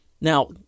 Now